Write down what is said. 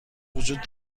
وجود